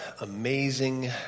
Amazing